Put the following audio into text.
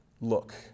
look